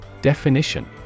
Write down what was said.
Definition